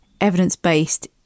evidence-based